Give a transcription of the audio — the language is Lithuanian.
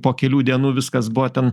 po kelių dienų viskas buvo ten